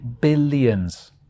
billions